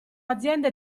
aziende